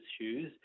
shoes